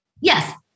Yes